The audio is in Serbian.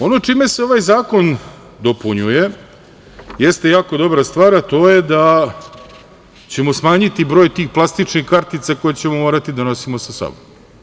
Ono čime se ovaj zakon dopunjuje jeste jako dobra stvar, a to je da ćemo smanjiti broj tih plastičnih kartica koje ćemo morati da nosimo sa sobom.